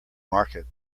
market